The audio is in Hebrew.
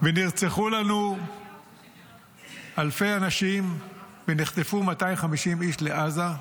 ונרצחו לנו אלפי אנשים ונחטפו 250 איש לעזה,